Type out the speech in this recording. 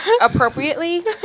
appropriately